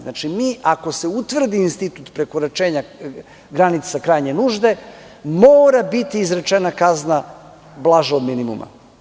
Znači, ako se utvrdi institut prekoračenja granice krajnje nužde, mora biti izrečena kazna blaža od minimuma.